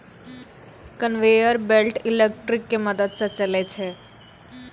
conveyor belt electric के मदद स चलै छै